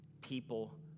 people